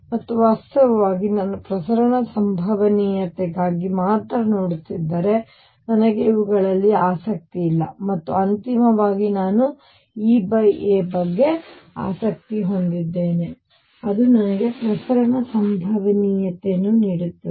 ಮತ್ತು ವಾಸ್ತವವಾಗಿ ನಾನು ಪ್ರಸರಣ ಸಂಭವನೀಯತೆಗಾಗಿ ಮಾತ್ರ ನೋಡುತ್ತಿದ್ದರೆ ನನಗೆ ಇವುಗಳಲ್ಲಿ ಆಸಕ್ತಿಯಿಲ್ಲ ಮತ್ತು ಅಂತಿಮವಾಗಿ ನಾನು EA ಬಗ್ಗೆ ಆಸಕ್ತಿ ಹೊಂದಿದ್ದೇನೆ ಅದು ನನಗೆ ಪ್ರಸರಣ ಸಂಭವನೀಯತೆಯನ್ನು ನೀಡುತ್ತದೆ